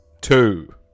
Two